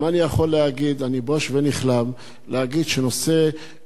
אני בוש ונכלם להגיד שנושא כל כך חשוב,